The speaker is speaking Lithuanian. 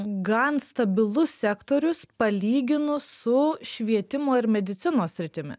gan stabilus sektorius palyginus su švietimo ir medicinos sritimi